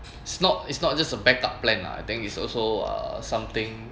is not is not just a backup plan lah I think is also uh something